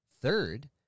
Third